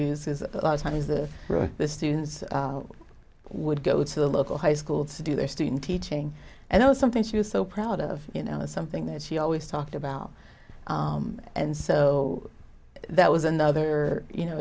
is a lot of times the right students would go to the local high school to do their student teaching and it was something she was so proud of you know something that she always talked about and so that was another you know